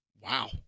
Wow